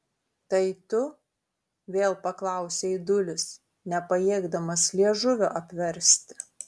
tai tu vėl paklausė aidulis nepajėgdamas liežuvio apversti